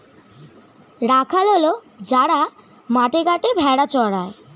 রাখাল হল যারা মাঠে ঘাটে ভেড়া চড়ায়